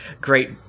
great